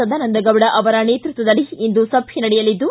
ಸದಾನಂದಗೌಡರ ಅವರ ನೇತೃತ್ವದಲ್ಲಿ ಇಂದು ಸಭೆ ನಡೆಯಲಿದ್ದು